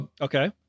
okay